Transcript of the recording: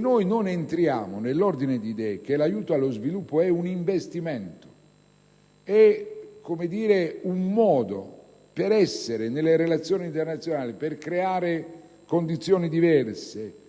Non entriamo nell'ordine di idee che l'aiuto allo sviluppo è un investimento e, come dire, un modo per essere nelle relazioni internazionali, per creare condizioni diverse